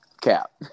Cap